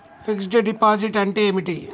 Fix డ్ deposit అంటే ఏమిటి?